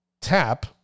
tap